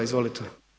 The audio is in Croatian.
Izvolite.